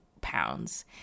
pounds